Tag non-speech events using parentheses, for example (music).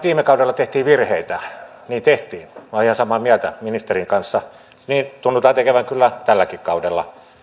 (unintelligible) viime kaudella tehtiin virheitä niin tehtiin minä olen ihan samaa mieltä ministerin kanssa niin tunnutaan tekevän kyllä tälläkin kaudella